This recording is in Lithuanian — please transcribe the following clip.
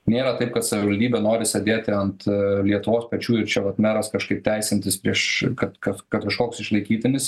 nėra taip kad savivaldybė nori sėdėti ant lietuvos pečių ir čia pat meras kažkaip teisintis prieš kad kad kažkoks išlaikytinis